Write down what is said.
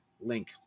link